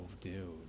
dude